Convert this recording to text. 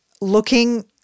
looking